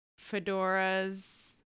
fedoras